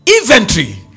inventory